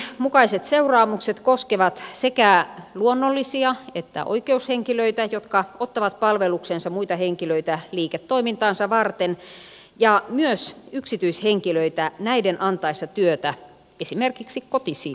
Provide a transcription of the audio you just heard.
direktiivin mukaiset seuraamukset koskevat sekä luonnollisia että oikeushenkilöitä jotka ottavat palvelukseensa muita henkilöitä liiketoimintaansa varten ja myös yksityishenkilöitä näiden antaessa työtä esimerkiksi kotisiivoojalle